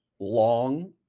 long